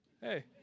Hey